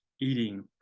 eating